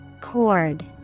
Cord